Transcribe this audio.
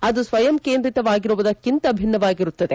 ಅದು ಸ್ವಯಂ ಕೇಂದ್ರಿತವಾಗಿರುವುದಕ್ಕಿಂತ ಭಿನ್ನವಾಗಿರುತ್ತದೆ